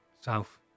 south